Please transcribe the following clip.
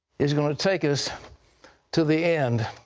is going to take us to the end.